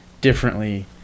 differently